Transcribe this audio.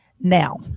now